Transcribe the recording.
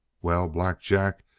well, black jack,